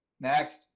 Next